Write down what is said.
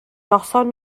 noson